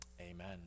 Amen